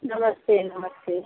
नमस्ते नमस्ते